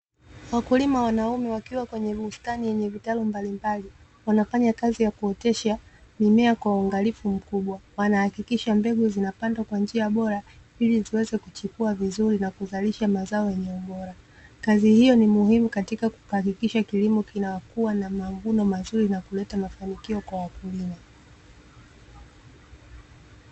Wakulima wanaume wakiwa kwenye bustani yenye vitalu mbalimbali, wanafanya kazi ya kuotesha mimea kwa uangalifu mkubwa. Wanahakikisha mbegu zinapandwa kwa njia bora, ili ziweze kuchipua vizuri na kuzalisha mazao yenye ubora. Kazi hiyo ni muhimu katika kuhakikisha kilimo kinakua na mavuno mazuri na kuleta mafanikio kwa wakulima.